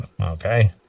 Okay